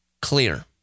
clear